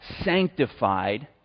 sanctified